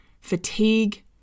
fatigue